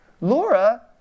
Laura